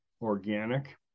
organic